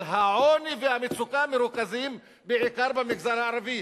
אבל העוני והמצוקה מרוכזים בעיקר במגזר הערבי,